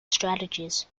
strategies